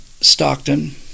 stockton